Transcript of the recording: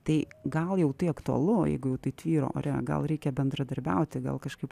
tai gal jau tai aktualu jeigu jau tai tvyro ore gal reikia bendradarbiauti gal kažkaip